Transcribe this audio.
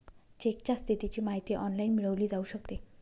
चेकच्या स्थितीची माहिती ऑनलाइन मिळवली जाऊ शकते